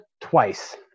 twice